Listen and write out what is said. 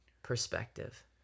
perspective